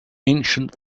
ancient